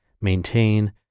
maintain